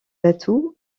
atouts